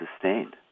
sustained